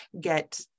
get